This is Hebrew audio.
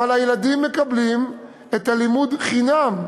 אבל הילדים מקבלים לימוד חינם.